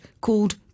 called